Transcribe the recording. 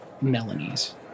Melanie's